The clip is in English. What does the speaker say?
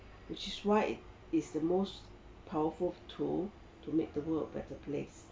which is why it's most powerful tool to make the world a better place